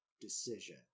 decision